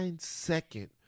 second